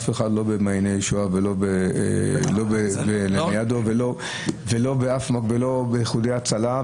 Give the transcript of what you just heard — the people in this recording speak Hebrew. לאף אחד במעייני הישועה ולא בלניאדו ולא באיחוד הצלה,